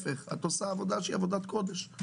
את עושה עבודת קודש,